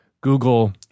Google